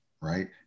right